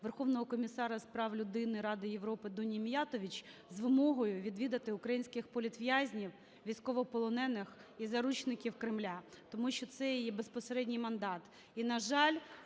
Верховного комісара з прав людини Ради Європи Дуні Міятович з вимогою відвідати українських політв'язнів, військовополонених і заручників Кремля, тому що це її безпосередній мандат.